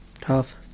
tough